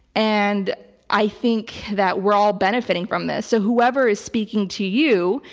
and i think that we're all benefiting from this. so whoever is speaking to you,